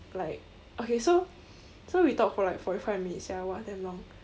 like okay so so we talk for like forty five minutes sia !wah! damn long